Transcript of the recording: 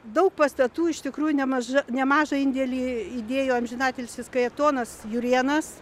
daug pastatų iš tikrųjų nemaža nemažą indėlį įdėjo amžinatilsis kajetonas jurėnas